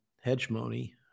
hegemony